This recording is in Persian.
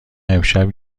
امشب